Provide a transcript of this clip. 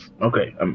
Okay